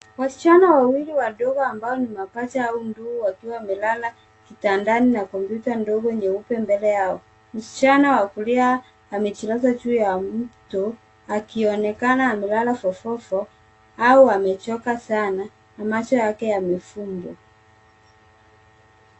Wasichana wawili wadogo ambao ni mapacha au ndugu, wakiwa wamelala kitandani na kompyuta ndogo nyeupe mbele yao. Msichana wa kulia amejilaza juu ya mto akionekana amelala fo fo fo au amechoka sana na macho yake yamefungwa.